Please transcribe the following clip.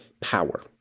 power